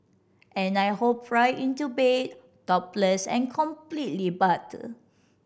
and I hop right into bed topless and completely buttered